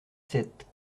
sept